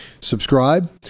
subscribe